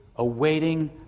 Awaiting